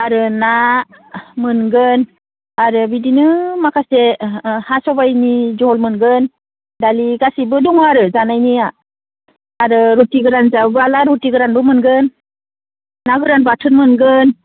आरो ना मोनगोन आरो बिदिनो माखासे हा सबाइनि जहल मोनगोन दालि गासिबो दङ आरो जानायनिया आरो रुथि गोरान सावोबोला रुथि गोरानबो मोनगोन ना गोरान बाथोन मोनगोन